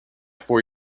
four